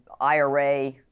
IRA